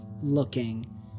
looking